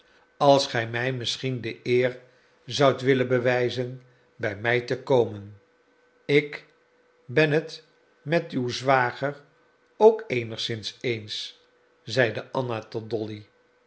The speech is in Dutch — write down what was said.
als gij mij misschien de eer zoudt willen bewijzen bij mij te komen ik ben het met uw zwager ook eenigszins eens zeide anna tot dolly